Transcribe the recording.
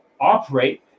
operate